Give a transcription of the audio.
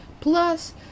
plus